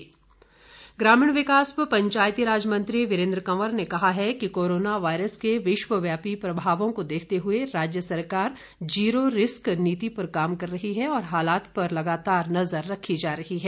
वीरेंद्र कंवर ग्रामीण विकास व पंचायतीराज मंत्री वीरेंद्र कंवर ने कहा है कि कोरोना वायरस के विश्वव्यापी प्रभावों को देखते हुए राज्य सरकार जीरो रिस्क नीति पर काम कर रही है और हालात पर लगातार नज़र रखी जा रही है